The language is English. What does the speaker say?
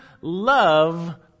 love